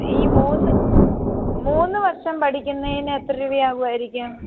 ഈ മൂന്ന് മൂന്ന് വർഷം പഠിക്കുന്നതിന് എത്ര രൂപായാകുമായിരിക്കും